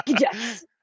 Yes